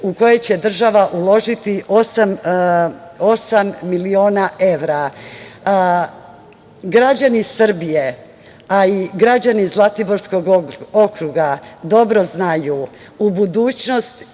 u koji će država uložiti osam miliona evra. Građani Srbije, a i građani Zlatiborskog okruga dobro znaju u budućnost